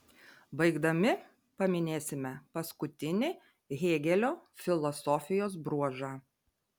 baigdami paminėsime paskutinį hėgelio filosofijos bruožą